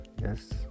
yes